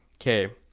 okay